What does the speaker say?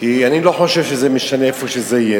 כי אני לא חושב שזה משנה איפה שזה יהיה.